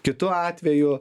kitu atveju